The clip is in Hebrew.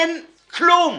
אין כלום.